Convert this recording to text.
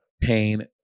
pain